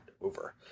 over